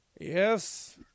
Yes